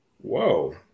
whoa